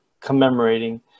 commemorating